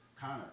Connor